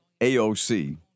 AOC